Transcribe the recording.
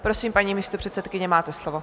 Prosím, paní místopředsedkyně, máte slovo.